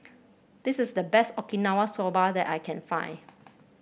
this is the best Okinawa Soba that I can find